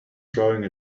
throwing